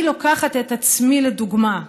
אני לוקחת את עצמי לדוגמה",